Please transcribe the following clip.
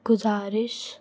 गुज़ारिशु